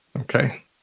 Okay